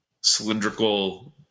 cylindrical